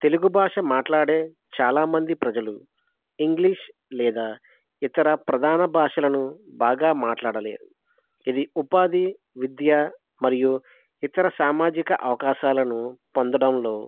తెలుగు భాష మాట్లాడే చాలామంది ప్రజలు ఇంగ్లీష్ లేదా ఇతర ప్రధాన భాషలను బాగా మాట్లాడలేరు ఇది ఉపాధి విద్య మరియు ఇతర సామాజిక అవకాశాలను పొందడంలో